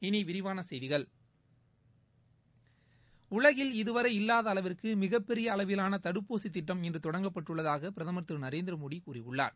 இனி விரிவான செய்திகள் உலகில் இதுவரை இல்லாத அளவிற்கு மிகப்பெரிய அளவிலான தடுப்பூசி திட்டம் இன்று தொடங்கப்பட்டுள்ளதாக பிரதமர் திரு நரேந்திரமோடி கூறியுள்ளார்